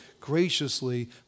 graciously